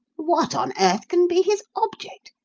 what on earth can be his object?